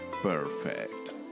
Perfect